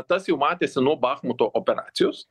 tas jau matėsi nuo bachmuto operacijos